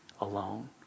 alone